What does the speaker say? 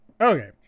Okay